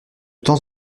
temps